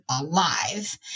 alive